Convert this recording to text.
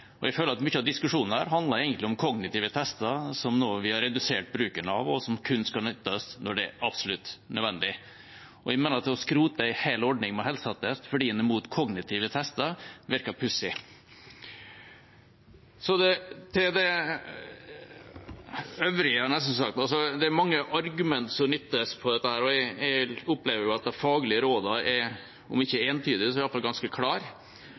Jeg føler at mye av denne diskusjonen egentlig handler om kognitive tester, som vi nå har redusert bruken av, og som kun skal nyttes når det er absolutt nødvendig. Jeg mener at å skrote en hel ordning med helseattest fordi man er imot kognitive tester, virker pussig. Det er mange argumenter som nyttes for dette, og jeg opplever at om de faglige rådene ikke er entydige, er de iallfall ganske klare på at det å fjerne helseattesten ikke anbefales. Så blir det brukt som argument at ordningen med helseattest er